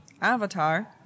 Avatar